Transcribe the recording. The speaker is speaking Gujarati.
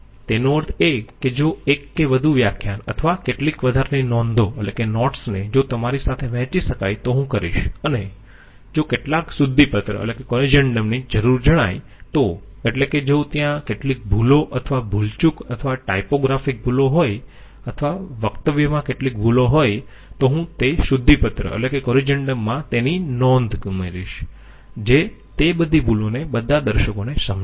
તેનો અર્થ એ કે જો એક કે વધુ વ્યાખ્યાન અથવા કેટલીક વધારાની નોંધોને જો તમારી સાથે વહેંચી શકાય તો હું કરીશ અને જો કેટલાક શુદ્ધિપત્ર ની જરૂર જણાય તો એટલે કે જો ત્યાં કેટલીક ભૂલો અથવા ભુલચુક અથવા ટાઈપોગ્રાફિક ભૂલો હોય અથવા વકતવ્યમાં કેટલીક ભૂલો હોય તો હું તે શુદ્ધિપત્ર માં તેની નોંધ ઉમેરીશ જે તે બધી ભૂલોને બધા દર્શકોને સમજાવશે